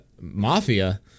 Mafia